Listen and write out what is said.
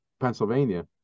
pennsylvania